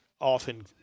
often